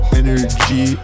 energy